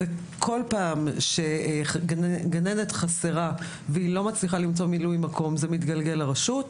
כל פעם שגננת חסרה והיא לא מצליחה למצוא ממלאת מקום זה מתגלגל לרשות.